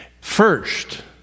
First